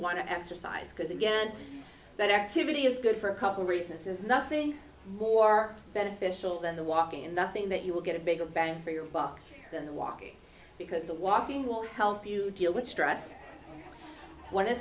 want to exercise because again that activity is good for a couple reasons there's nothing more beneficial than the walking and nothing that you will get a bigger bang for your buck than the walking because the walking will help you deal with stress one of th